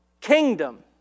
kingdom